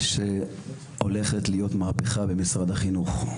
שהולכת להיות מהפכה במשרד החינוך.